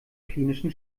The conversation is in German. klinischen